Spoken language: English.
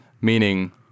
meaning